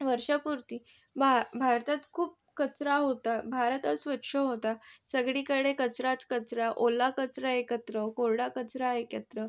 वर्षपूर्ती भा भारतात खूप कचरा होता भारत अस्वच्छ होता सगळीकडे कचराच कचरा ओला कचरा एकत्र कोरडा कचरा एकत्र